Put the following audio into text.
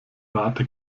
rate